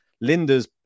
Linda's